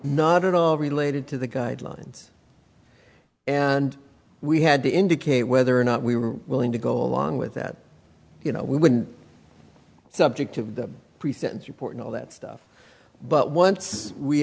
not at all related to the guidelines and we had to indicate whether or not we were willing to go along with that you know we wouldn't subject of the pre sentence report and all that stuff but once we